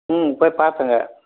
ம் போய் பார்த்தேங்க